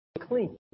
clean